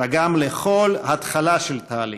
אלא גם לכל התחלה של תהליך,